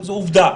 זו עובדה.